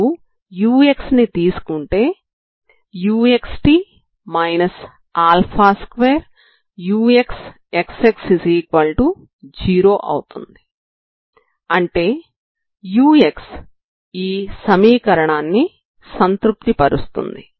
మీరు uxని తీసుకుంటే t 2xx0 అవుతుంది అంటే ux ఈ సమీకరణాన్ని సంతృప్తి పరుస్తుంది